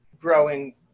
growing